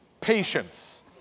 patience